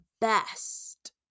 best